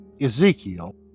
Ezekiel